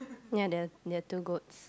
ya there're there're two goats